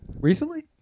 Recently